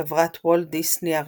חברת וולט דיסני הרווחית.